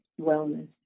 wellness